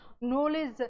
knowledge